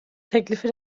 teklifi